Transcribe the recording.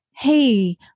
Hey